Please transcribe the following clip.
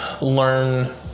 learn